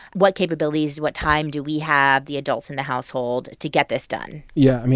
what capabilities, what time do we have the adults in the household to get this done? yeah, i mean,